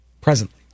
presently